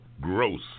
Gross